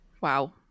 Wow